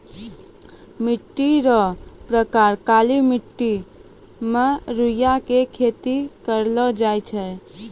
मिट्टी रो प्रकार काली मट्टी मे रुइया रो खेती करलो जाय छै